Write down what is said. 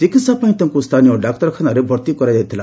ଚିକିହା ପାଇଁ ତାଙ୍କୁ ସ୍ଥାନୀୟ ଡାକ୍ତରଖାନାରେ ଭର୍ତ୍ତି କରାଯାଇଥିଲା